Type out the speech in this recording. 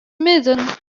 midden